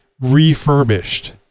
refurbished